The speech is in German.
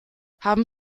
haben